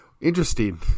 Interesting